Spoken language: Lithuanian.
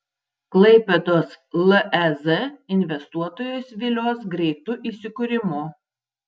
klaipėdos lez investuotojus vilios greitu įsikūrimu